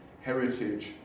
Heritage